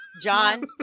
John